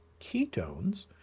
ketones